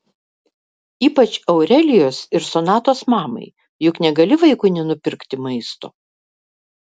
ypač aurelijos ir sonatos mamai juk negali vaikui nenupirkti maisto